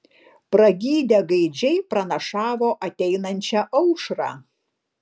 pragydę gaidžiai pranašavo ateinančią aušrą